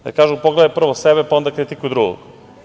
Kažu – pogledaj prvo sebe, pa onda kritikuj drugog.